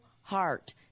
heart